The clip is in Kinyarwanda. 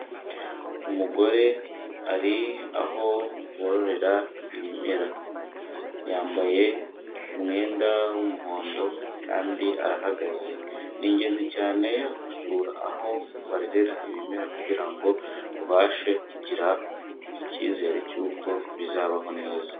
Umugore ari aho bororera ibimera. Yambaye umwenda w'umuhondo kandi arahagaze. Ni ingenzi cyane gusura aho barerera ibimera kugira ngo ubashe kugira icyizere cy'uko bizabaho neza.